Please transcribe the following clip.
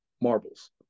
marbles